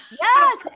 Yes